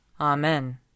Amen